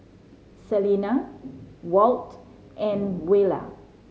Selena Walt and Twyla